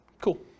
Cool